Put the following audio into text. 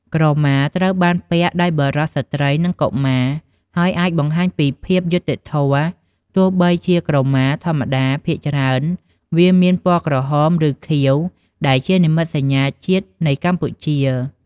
ក្រមាត្រូវបានពាក់ដោយបុរស ស្ត្រី និងកុមារ ហើយអាចបង្ហាញពីភាពយុត្តិធម៌ ទោះបីជាក្រមាធម្មតាភាគច្រើនវាមានពណ៌ក្រហម ឬខៀវ ដែលជានិមិត្តសញ្ញាជាតិនៃកម្ពុជា។